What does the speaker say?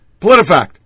PolitiFact